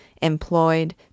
employed